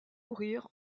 mourir